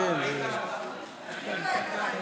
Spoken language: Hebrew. תודה רבה.